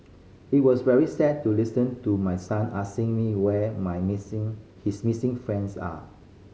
it was very sad to listen to my son asking me where my missing his missing friends are